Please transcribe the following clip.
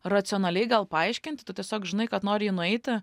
racionaliai gal paaiškint tu tiesiog žinai kad nori jį nueiti